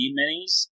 minis